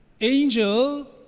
angel